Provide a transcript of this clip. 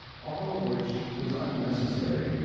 all of which was unnecessary,